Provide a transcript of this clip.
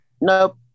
Nope